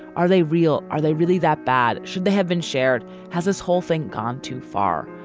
are they real? are they really that bad? should they have been shared? has this whole thing gone too far?